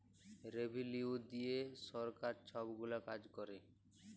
revenue দিঁয়ে সরকার ছব গুলা কাজ ক্যরে